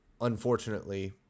unfortunately